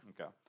Okay